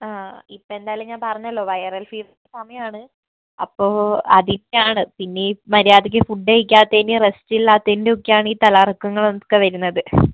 ആ ഇപ്പം എന്തായാലും ഞാൻ പറഞ്ഞല്ലോ വൈറൽ ഫീവറിൻ്റെ സമയമാണ് അപ്പോൾ അതിൻ്റെയാണ് പിന്നെ ഈ മര്യാദയ്ക്ക് ഫുഡ് കഴിക്കാത്തതിൻ്റെയും റെസ്റ്റില്ലാത്തതിൻ്റെയും ഒക്കെയാണ് ഈ തലകറക്കങ്ങൾ ഒക്കെ വരുന്നത്